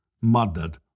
murdered